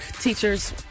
Teachers